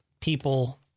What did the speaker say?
people